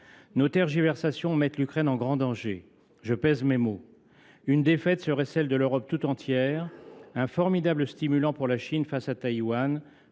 Nos tergiversations mettent l’Ukraine en grand danger – je pèse mes mots. Une défaite serait celle de l’Europe tout entière, un formidable stimulant pour la Chine face à Taïwan,